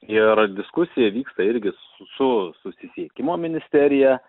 ir diskusija vyksta irgi su susisiekimo ministerija